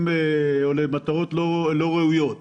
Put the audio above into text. מזה אין לכם שום חשש?